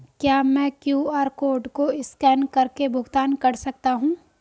क्या मैं QR code को स्कैन करके भुगतान कर सकता हूं?